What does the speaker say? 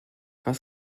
was